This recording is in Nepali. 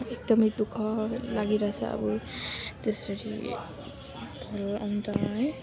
एकदमै दुःख लागिरहेको छ अब त्यसरी भल अन्त है